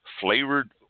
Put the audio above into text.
Flavored